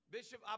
Bishop